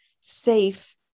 safe